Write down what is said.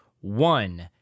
one